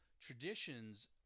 traditions